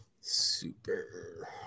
Super